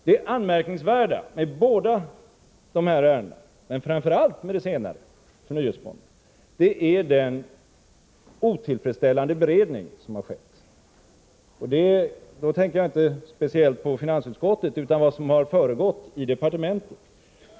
Det anmärkningsvärda med båda de här ärendena men framför allt med det senare — som gäller förnyelsefonderna — är den otillfredsställande beredning som skett. Jag tänker då inte speciellt på behandlingen i finansutskottet utan på vad som har föregått den i departementet.